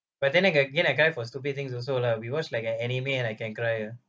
but then like again I cry for stupid things also lah we watch like an anime and I can cry ah